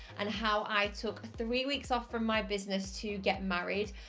and how i took three weeks off from my business to get married,